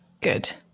good